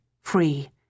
free